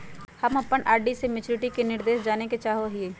हम अप्पन आर.डी के मैचुरीटी के निर्देश जाने के चाहो हिअइ